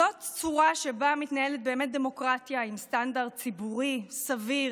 זאת צורה שבה מתנהלת באמת דמוקרטיה עם סטנדרט ציבורי סביר,